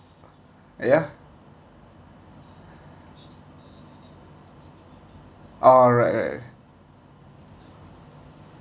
ya alright right